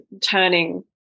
turning